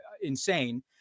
insane